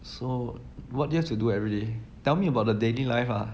so what else you do every day tell me about the daily life ah